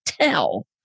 tell